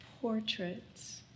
portraits